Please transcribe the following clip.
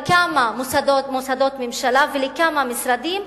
לכמה מוסדות ממשלה ולכמה משרדים,